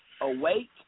Awake